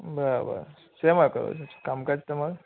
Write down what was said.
બરાબર શેમાં કરો છો કામકાજ તમારું